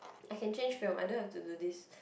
I can change film I don't have to do this